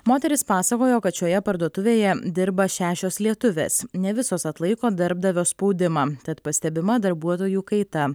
moteris pasakojo kad šioje parduotuvėje dirba šešios lietuvės ne visos atlaiko darbdavio spaudimą tad pastebima darbuotojų kaita